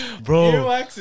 bro